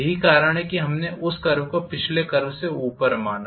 यही कारण है कि हमने उस कर्व को पिछले कर्व से ऊपर माना